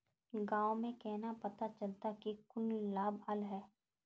गाँव में केना पता चलता की कुछ लाभ आल है?